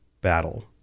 battle